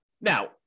Now